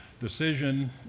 decision